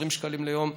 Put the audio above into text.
20 שקלים ליום.